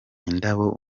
indabo